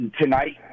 tonight